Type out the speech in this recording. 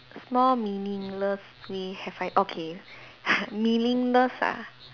small meaningless way have I okay meaningless ah